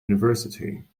university